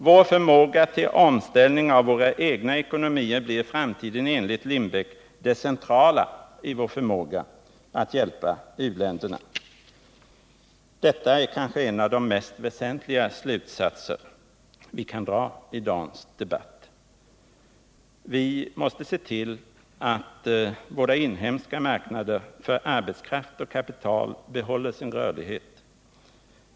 Vår förmåga till omställning av våra egna ekonomier blir i framtiden enligt Lindbeck det centrala i vår förmåga att hjälpa u-länderna. Detta är kanske en av de mest väsentliga slutsatser vi kan dra av dagens debatt. Vi måste se till att våra inhemska marknader för arbetskraft och kapital behåller sin rörlighet.